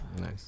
Nice